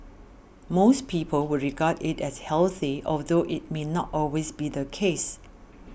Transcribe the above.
most people would regard it as healthy although it may not always be the case